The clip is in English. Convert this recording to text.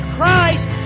Christ